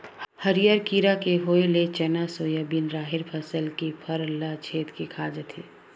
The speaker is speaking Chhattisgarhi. हरियर कीरा के होय ले चना, सोयाबिन, राहेर फसल के फर ल छेंद के खा जाथे